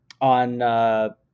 on